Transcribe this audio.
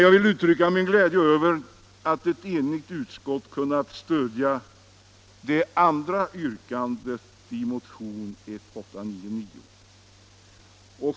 Jag vill uttrycka min glädje över att ett enigt utskott kunnat stödja det andra yrkandet i motion 1899.